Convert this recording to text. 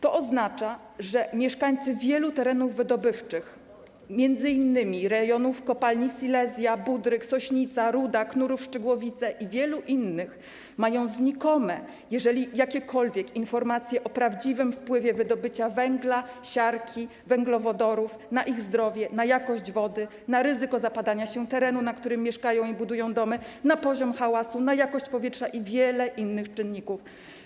To oznacza, że mieszkańcy wielu terenów wydobywczych, m.in. rejonów kopalni: Silesia, Budryk, Sośnica, Ruda, Knurów-Szczygłowice i wielu innych, mają znikome, jeżeli jakiekolwiek, informacje o prawdziwym wpływie wydobycia węgla, siarki, węglowodorów na ich zdrowie, na jakość wody, na ryzyko zapadania się terenu, na którym mieszkają i budują domy, na poziom hałasu, na jakość powietrza i wiele innych czynników.